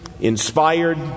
inspired